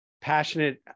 passionate